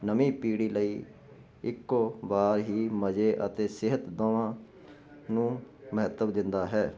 ਨਵੀਂ ਪੀੜੀ ਲਈ ਇੱਕੋ ਵਾਰ ਹੀ ਮਜੇ ਅਤੇ ਸਿਹਤਮੰਦਾਂ ਨੂੰ ਮਹੈਤਵ ਦਿੰਦਾ ਹੈ